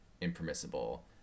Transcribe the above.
impermissible